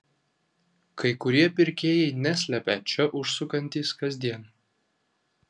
kai kurie pirkėjai neslepia čia užsukantys kasdien